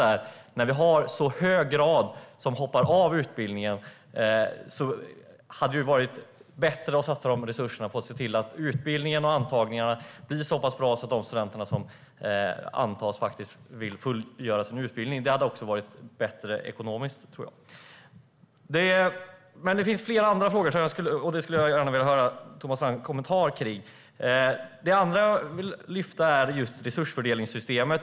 När vi nu har en så hög andel som hoppar av utbildningen hade det varit bättre att satsa de resurserna på att se till att utbildningen och antagningen blir så pass bra att de studenter som antas faktiskt vill fullgöra sin utbildning. Det tror jag hade varit bättre ekonomiskt sett. Det finns flera andra frågor, och jag vill gärna höra Thomas Strands kommentarer om dem. Det andra jag vill lyfta fram är just resursfördelningssystemet.